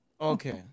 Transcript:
Okay